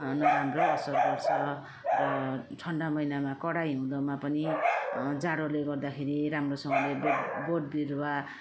नराम्रो असर गर्छ र ठन्डा महिनामा कडा हिउँदोमा पनि जाडोले गर्दाखेरि राम्रोसँगले बोट बोट बिरुवा